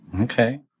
Okay